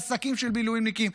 בעסקים של מילואימניקים.